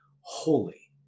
holy